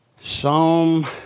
Psalm